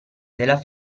della